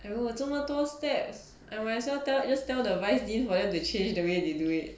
!aiyo! 这么多 steps I might as well tell just tell the vice dean for them to change the way they do it